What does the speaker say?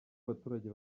abaturage